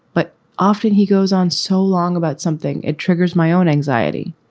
but often he goes on so long about something it triggers my own anxiety.